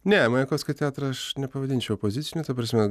ne majakovskio teatrą aš nepavadinčiau opoziciniu ta prasme